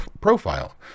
profile